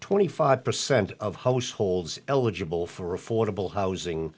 twenty five percent of households eligible for affordable housing